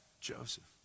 Joseph